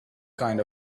kind